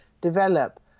develop